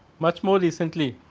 much more recently